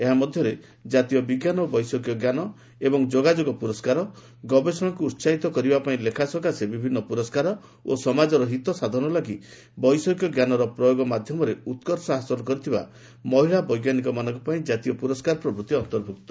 ଏହାମଧ୍ୟରେ ଜାତୀୟ ବିଜ୍ଞାନ ଓ ବୈଷୟିକ ଜ୍ଞାନ ଏବଂ ଯୋଗାଯୋଗ ପ୍ରରସ୍କାର ଗବେଷଣାକୁ ଉହାହିତ କରିବା ପାଇଁ ଲେଖା ସକାଶେ ବିଭିନ୍ନ ପୁରସ୍କାର ଓ ସମାଜର ହିତସାଧନ ଲାଗି ବୈଷୟିକ ଜ୍ଞାନର ପ୍ରୟୋଗ ମାଧ୍ୟମରେ ଉତ୍କର୍ଷ ହାସଲ କରିଥିବା ମହିଳା ବୈଜ୍ଞାନିକ ମାନଙ୍କ ପାଇଁ କାତୀୟ ପୁରସ୍କାର ପ୍ରଭୂତି ଅନ୍ତର୍ଭୁକ୍ତ